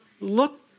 look